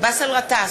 באסל גטאס,